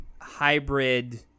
hybrid